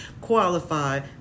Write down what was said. qualified